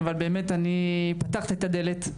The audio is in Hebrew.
אבל פתחתי את הדלת,